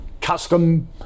custom